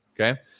Okay